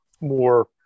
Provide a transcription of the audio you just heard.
more